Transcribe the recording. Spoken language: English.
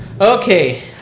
okay